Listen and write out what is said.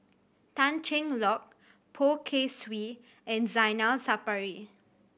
Tan Cheng Lock Poh Kay Swee and Zainal Sapari